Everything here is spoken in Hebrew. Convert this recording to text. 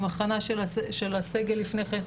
עם הכנה של הסגל לפני כן,